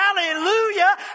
Hallelujah